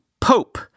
Pope